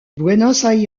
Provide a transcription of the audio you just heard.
buenos